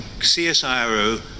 CSIRO